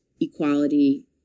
equality